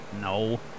No